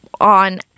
on